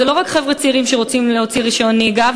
זה לא רק חבר'ה צעירים שרוצים להוציא רישיון נהיגה,